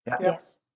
Yes